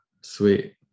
sweet